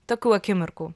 tokių akimirkų